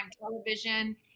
television